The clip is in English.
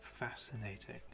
Fascinating